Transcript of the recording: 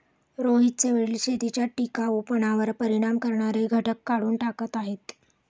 रोहितचे वडील शेतीच्या टिकाऊपणावर परिणाम करणारे घटक काढून टाकत आहेत